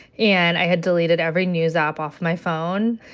and i had deleted every news app off my phone.